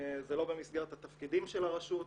זה לא במסגרת התפקידים של הרשות,